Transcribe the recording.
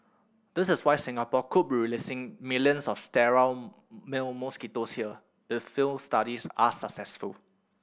that is why Singapore could be releasing millions of sterile male mosquitoes here if field studies are successful